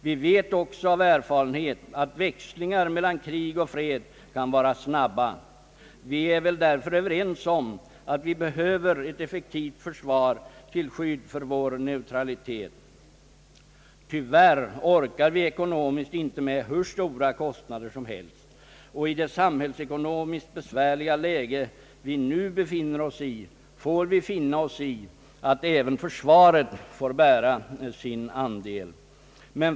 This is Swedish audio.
Vi vet också av erfarenhet att växlingar mellan krig och fred kan vara snabba. Vi är väl därför överens om att vi behöver ett effektivt försvar till skydd för vår neutralitet. Tyvärr orkar vårt land ekonomiskt inte med hur stora kostnader som helst. I det nuvarande samhällsekonomiskt besvärliga läget får vi finna oss i att även försvaret får bära sin andel.